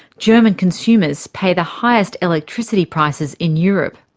german consumers pay the highest electricity prices in europe.